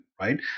right